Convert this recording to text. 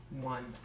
one